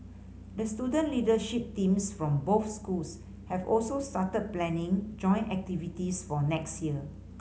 the student leadership teams from both schools have also started planning joint activities for next year